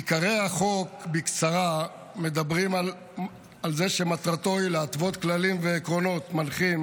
עיקרי החוק בקצרה מדברים על זה שמטרתו היא להתוות כללים ועקרונות מנחים